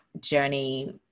journey